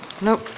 Nope